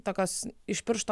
tokios iš piršto